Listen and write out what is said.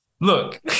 Look